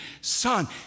son